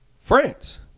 France